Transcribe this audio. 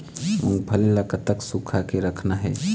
मूंगफली ला कतक सूखा के रखना हे?